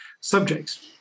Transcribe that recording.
subjects